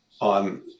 on